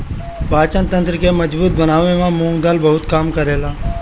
पाचन तंत्र के मजबूत बनावे में मुंग दाल बहुते काम करेला